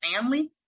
family